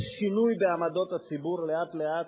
יש שינוי בעמדות הציבור לאט-לאט.